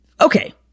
Okay